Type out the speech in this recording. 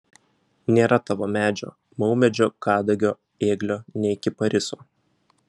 nėra tavo medžio maumedžio kadagio ėglio nei kipariso